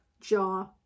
jaw